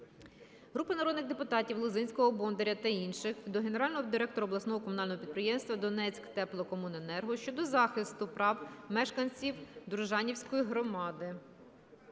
Групи народних депутатів (Лозинського, Бондаря та інших) до генерального директора обласного комунального підприємства "Донецьктеплокомуненерго" щодо захисту прав мешканців Дружківської громади.